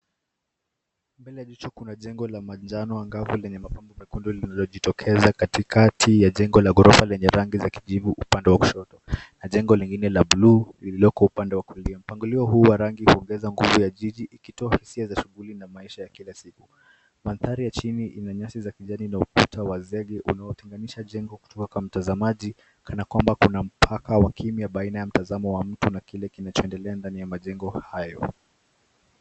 Mbele ya jicho kuna jengo la majani angavu lenye mapambo mekundu lililojitokeza katikati ya jengo la ghorofa lenye rangi za kijivu upande wa kushoto na jengo lingine la blue lililoko upande wa kulia. Mpangilio huu wa rangi huongeza nguvu ya jiji ikitoa hisia za shughuli na maisha ya kila siku. Mandhari ya chini ni nyasi za kijani na ukuta wa zege unaotenganisha jengo kutoka kwa mtazamaji kana kwamba kuna mpaka wa kimya baina ya mtazamo wa mtu na kile kinachoendelea ndani ya majengo hayo.